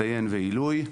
מצטיין ועילוי.